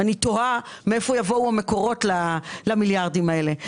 אני תוהה מאיפה יבואו המקורות למיליארדים האלה.